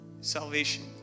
salvation